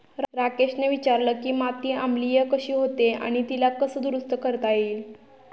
राकेशने विचारले की माती आम्लीय कशी होते आणि तिला कसे दुरुस्त करता येईल?